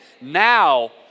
now